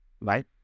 right